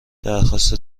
درخواست